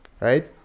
right